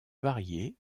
varié